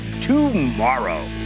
tomorrow